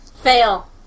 Fail